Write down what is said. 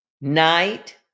night